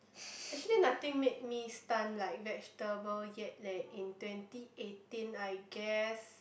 actually nothing made me stunt like vegetable yet leh in twenty eighteen I guess